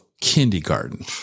kindergarten